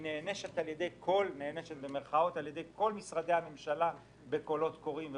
היא "נענשת" על ידי כל משרדי הממשלה בקולות קוראים וכו'.